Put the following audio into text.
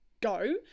go